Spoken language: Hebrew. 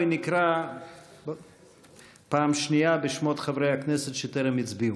נקרא פעם שנייה בשמות חברי הכנסת שטרם הצביעו.